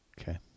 Okay